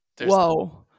Whoa